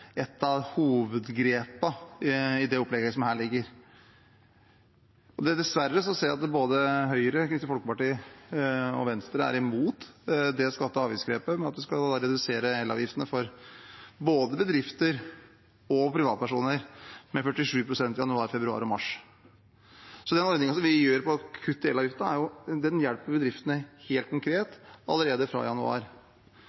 et av hovedgrepene i det opplegget, som her ligger. Dessverre ser jeg at både Høyre, Kristelig Folkeparti og Venstre er imot skatte- og avgiftsvedtak om at en skal redusere elavgiftene for både bedrifter og privatpersoner med 47 pst. i januar, februar og mars. Den ordningen, å kutte elavgiftene, hjelper bedriftene helt konkret allerede fra januar. Representanten Ropstad er jo